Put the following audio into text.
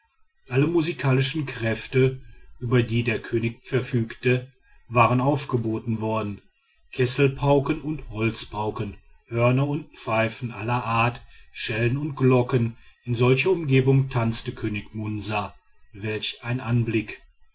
alle musikalischen kräfte über die der könig verfügte waren aufgeboten worden kesselpauken und holzpauken hörner und pfeifen aller art schellen und glocken in solcher umgebung tanzte könig munsa welch ein anblick